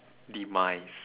demise